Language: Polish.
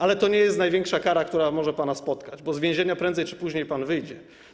Ale to nie jest największa kara, która może pana spotkać, bo z więzienia prędzej czy później pan wyjdzie.